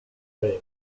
leva